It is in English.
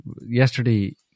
yesterday